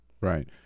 Right